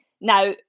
now